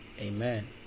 Amen